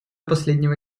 последнего